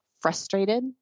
frustrated